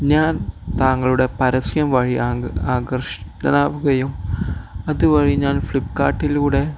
ഞാൻ താങ്കളുടെ പരസ്യം വഴി ആകർഷിതനാവുകയും അതുവഴി ഞാൻ ഫ്ലിപ്കാർട്ടിലൂടെ